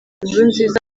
nkurunziza